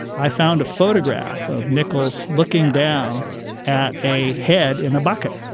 i found a photograph of nichols looking down at a head in a bucket